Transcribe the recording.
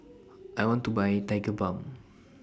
I want to Buy Tigerbalm